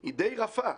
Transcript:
היא די רפה.